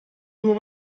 nur